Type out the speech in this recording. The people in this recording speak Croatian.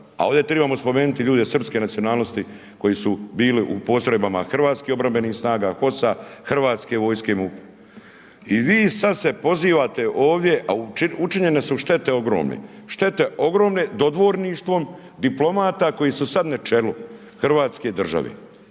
a ovdje trebamo spomenuti ljude srpske nacionalnosti, koji su bili u postrojbama hrvatskih obrambenih snaga HOS-a, Hrvatske vojske i vi sada se pozivate ovdje, a učinjene su štete ogromne, štete ogromne, dodvorništvom, diplomata, koji su sada na čelu Hrvatske države,